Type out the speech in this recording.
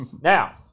Now